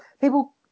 people